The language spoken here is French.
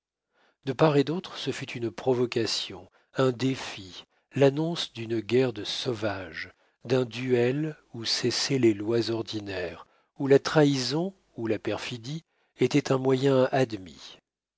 de part et d'autre ce fut une provocation un défi l'annonce d'une guerre de sauvages d'un duel où cessaient les lois ordinaires où la trahison où la perfidie était un moyen admis